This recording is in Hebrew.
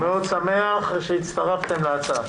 אני שמח שהצטרפתם להצעה.